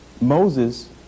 Moses